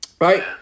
Right